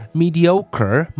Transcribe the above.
mediocre